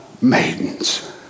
maidens